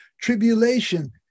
tribulation